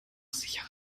sicherer